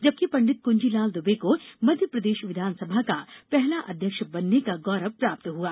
जबंकि पंड़ित कुंजीलाल दुबे को मध्यप्रदेश विधानसभा का पहला अध्यक्ष बनने का गौरव प्राप्त हुआ